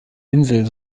insel